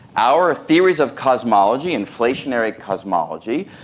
our theories of cosmology, inflationary cosmology,